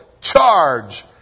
charge